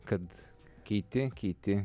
kad keiti keiti